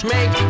Make